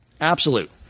Absolute